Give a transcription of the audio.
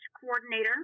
coordinator